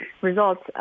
results